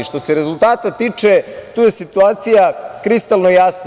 Što se rezultata tiče, tu je situacija kristalno jasna.